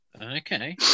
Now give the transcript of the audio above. Okay